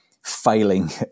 failing